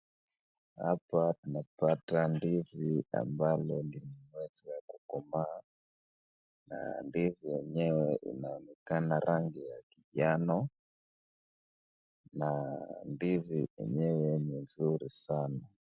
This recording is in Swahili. Hapa tunapata ndizi ambalo limeweza kukomaa, na ndizi yenyewe inaonekana rangi ya kijani na ndizi yenyewe ni mzuri sana.